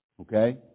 Okay